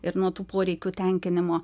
ir nuo tų poreikių tenkinimo